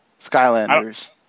Skylanders